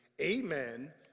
amen